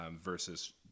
versus